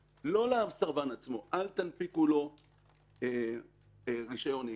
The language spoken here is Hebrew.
לא לסרבן עצמו: אל תנפיקו לו רישיון נהיגה,